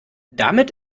damit